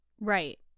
Right